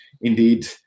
indeed